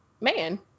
man